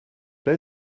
ble